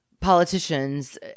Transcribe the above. politicians